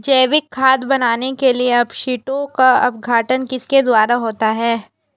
जैविक खाद बनाने के लिए अपशिष्टों का अपघटन किसके द्वारा होता है?